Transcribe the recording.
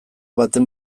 baten